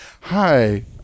hi